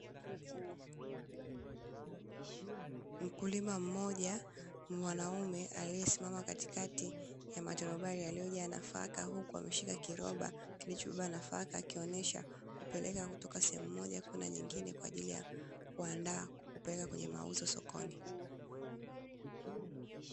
Mkulima mmoja mwanaume aliesimama katikati ya maturubai yaliyojaa nafaka, huku akiwa amebeba kiroba kilichojaa nafaka akionesha kupeleka kutoka sehemu moja kwenda nyengine kwa ajili ya kuyaandaa kupeleka sokoni.